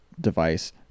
device